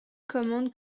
commande